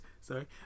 sorry